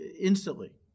instantly